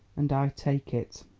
and i take it.